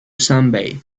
sunbathe